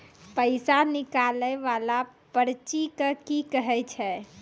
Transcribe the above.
पैसा निकाले वाला पर्ची के की कहै छै?